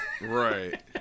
right